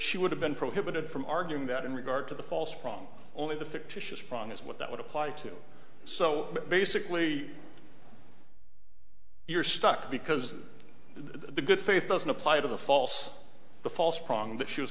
she would have been prohibited from arguing that in regard to the false prong only the fictitious problem is what that would apply to so basically you're stuck because the good faith doesn't apply to the false the false prong that she was